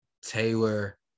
Taylor